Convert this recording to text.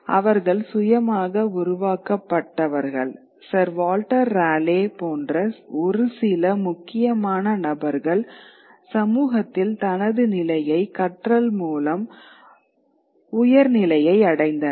அவர்கள் சுயமாக உருவாக்கப்பட்டவர்கள் சர் வால்டர் ராலே போன்ற ஒரு சில முக்கியமான நபர்கள் சமூகத்தில் தனது நிலையை கற்றல் மூலம் உயர்நிலையை அடைந்தார்